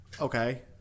Okay